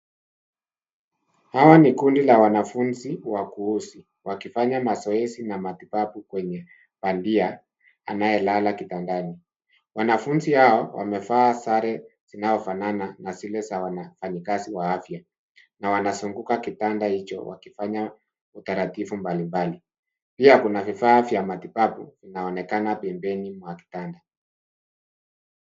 Hawa ni kundi la wanafunzi wakuuzi wakifanya mazoezi na matibabu kwenye bandia anayelala kitandani. Wanafunzi hao wamevaa sare zinaofanana na zile za wafanyikazi wa afya na wanazunguka kitanda hicho wakifanya utaratibu mbalimbali pia kuna vifaa vya matibabu vinaonekana pembeni mwa kitanda.